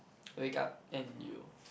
wake up and you